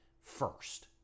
first